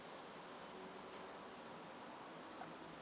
mm